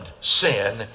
sin